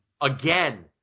again